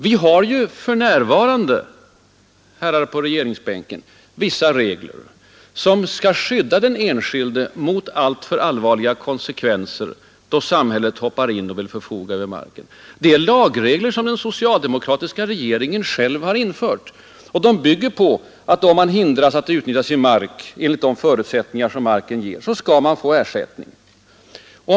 Vi har för närvarande — herrarna på regeringsbänken — vissa regler som skall skydda den enskilde mot alltför allvarliga konsekvenser, då samhället hoppar in och vill förfoga över marken. Det är lagregler som den socialdemokratiska regeringen själv har infört, och de bygger på att om man hindras att utnyttja sin mark enligt de förutsättningar som marken ger, skall man få ersättning därför.